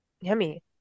Yummy